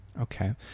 Okay